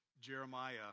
Jeremiah